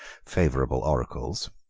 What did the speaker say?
favorable oracles,